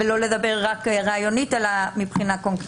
ולא לדבר רק רעיונית אלא קונקרטית.